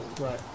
right